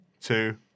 two